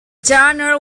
journey